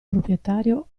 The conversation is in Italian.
proprietario